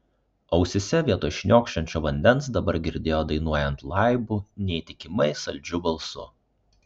ausyse vietoj šniokščiančio vandens dabar girdėjo dainuojant laibu neįtikimai saldžiu balsu